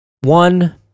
one